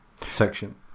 section